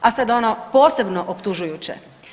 A sad ono posebno optužujuće.